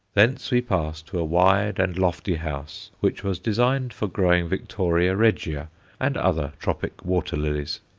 thence we pass to a wide and lofty house which was designed for growing victoria regia and other tropic water-lilies.